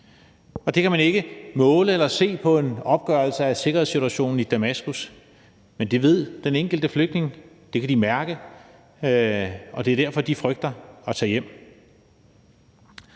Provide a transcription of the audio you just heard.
og det kan man ikke måle eller se på en opgørelse af sikkerhedssituationen i Damaskus, men det ved den enkelte flygtning. Det kan de mærke, og det er derfor, de frygter at tage hjem.